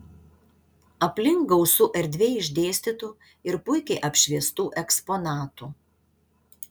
aplink gausu erdviai išdėstytų ir puikiai apšviestų eksponatų